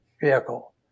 vehicle